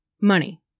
Money